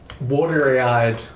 watery-eyed